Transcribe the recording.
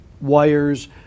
wires